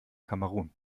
kamerun